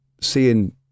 seeing